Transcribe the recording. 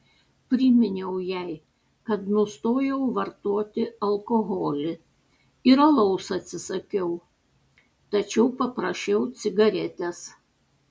priminiau jai kad nustojau vartoti alkoholį ir alaus atsisakiau tačiau paprašiau cigaretės